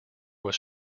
was